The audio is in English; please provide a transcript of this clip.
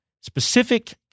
specific